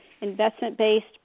investment-based